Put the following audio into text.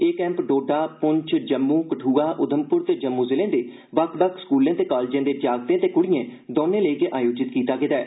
एह् कैंप डोडा पुंछ जम्मू कठुआ उधमपुर ते जम्मू जिलें दे बक्ख बक्ख स्कूलें ते कालेजें दे जागतें ते कुड़िएं दौनें लेई गै आयोजित कीता गेदा ऐ